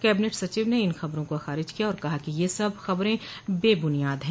cabinet सचिव ने इन खबरों को खारिज किया है और कहा है कि ये सब खबरें बेब्नियाद हैं